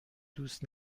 دوست